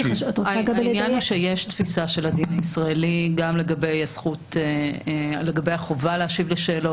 העניין הוא שיש תפיסה של הדין הישראלי גם לגבי החובה להשיב לשאלות.